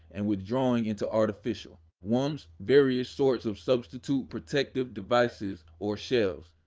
and withdrawing into artificial wombs, various sorts of substitute protective devices or shells.